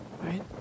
right